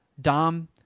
Dom